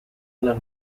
alla